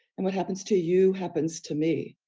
and what happens to you happens to me,